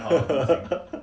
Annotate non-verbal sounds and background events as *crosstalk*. *laughs*